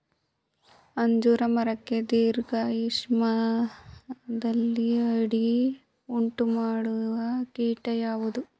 ಅಂಜೂರ ಮರಕ್ಕೆ ದೀರ್ಘಾಯುಷ್ಯದಲ್ಲಿ ಅಡ್ಡಿ ಉಂಟು ಮಾಡುವ ಕೀಟ ಯಾವುದು?